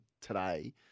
today